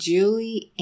Julie